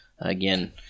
again